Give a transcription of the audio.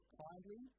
kindly